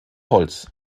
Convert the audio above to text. holz